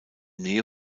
nähe